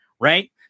right